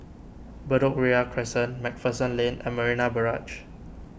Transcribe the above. Bedok Ria Crescent MacPherson Lane and Marina Barrage